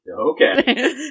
Okay